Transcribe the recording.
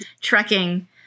trekking